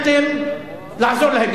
שהחלטתם לעזור להם.